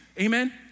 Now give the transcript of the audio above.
Amen